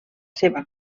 seva